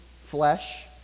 flesh